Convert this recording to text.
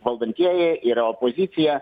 valdantieji yra opozicija